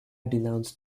denounced